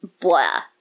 blah